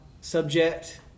subject